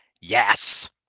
yes